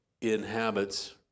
inhabits